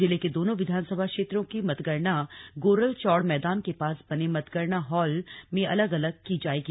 जिले के दोनों विधानसभा क्षेत्रों की मतगणना गोरलचौड़ मैदान के पास बने मतगणना हॉल में अलग अलग की जाएगी